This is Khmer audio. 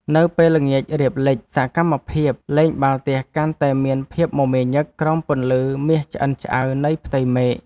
នៅពេលល្ងាចរៀបលិច សកម្មភាពលេងបាល់ទះកាន់តែមានភាពមមាញឹកក្រោមពន្លឺមាសឆ្អិនឆ្អៅនៃផ្ទៃមេឃ។